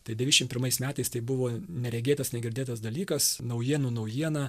tai devyniasdešim pirmais metais tai buvo neregėtas negirdėtas dalykas naujienų naujiena